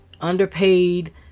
underpaid